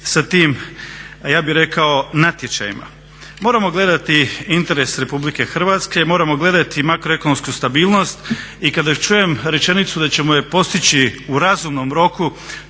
sa tim, ja bih rekao natječajima. Moramo gledati interes Republike Hrvatske, moramo gledati makroekonomsku stabilnost. I kada čujem rečenicu da ćemo je postići u razumnom roku,